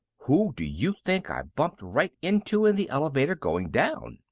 who do you think i bumped right into in the elevator going down?